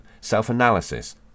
self-analysis